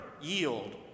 yield